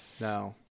no